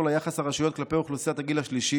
ליחס הרשויות כלפי אוכלוסיית הגיל הזה,